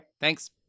Thanks